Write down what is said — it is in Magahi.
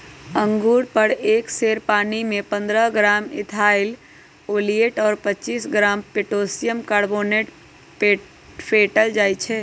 अंगुर पर एक सेर पानीमे पंडह ग्राम इथाइल ओलियट और पच्चीस ग्राम पोटेशियम कार्बोनेट फेटल जाई छै